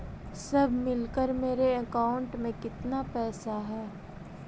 सब मिलकर मेरे अकाउंट में केतना पैसा है?